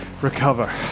recover